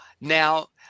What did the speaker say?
Now